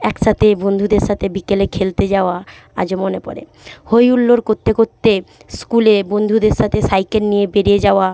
একসাতে বন্ধুদের সাথে বিকেলে খেলতে যাওয়া আজও মনে পড়ে হই হুল্লোড় করতে করতে স্কুলে বন্ধুদের সাথে সাইকেল নিয়ে বেরিয়ে যাওয়া